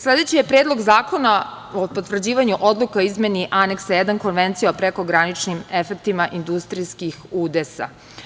Sledeći je Predlog zakona o potvrđivanju odluka o izmeni Aneksa 1. Konvencije o prekograničnim efektima industrijskih udesa.